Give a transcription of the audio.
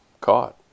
caught